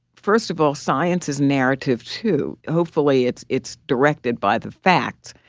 first of all, science is narrative, too. hopefully, it's it's directed by the facts,